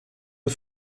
und